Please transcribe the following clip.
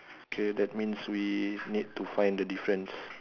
okay that means we need to find the difference